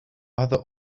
other